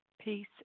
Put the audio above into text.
peace